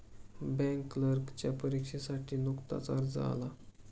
bank क्लर्कच्या परीक्षेसाठी नुकताच अर्ज आला